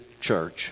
church